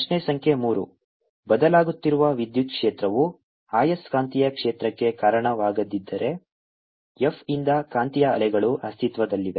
ಪ್ರಶ್ನೆ ಸಂಖ್ಯೆ 3 ಬದಲಾಗುತ್ತಿರುವ ವಿದ್ಯುತ್ ಕ್ಷೇತ್ರವು ಆಯಸ್ಕಾಂತೀಯ ಕ್ಷೇತ್ರಕ್ಕೆ ಕಾರಣವಾಗದಿದ್ದರೆ f ಯಿಂದ ಕಾಂತೀಯ ಅಲೆಗಳು ಅಸ್ತಿತ್ವದಲ್ಲಿವೆ